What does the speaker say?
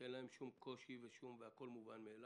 שאין להם שום קושי והכול מובן מאליו.